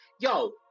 yo